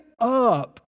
up